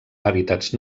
hàbitats